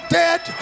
dead